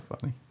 funny